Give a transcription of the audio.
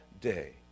day